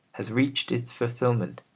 has reached its fulfilment,